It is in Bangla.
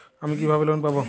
আমি কিভাবে লোন পাব?